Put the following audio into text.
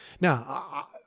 Now